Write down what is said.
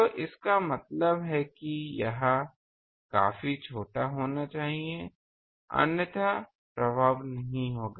तो इसका मतलब है कि यह काफी छोटा होना चाहिए अन्यथा प्रभाव नहीं होगा